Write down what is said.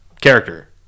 character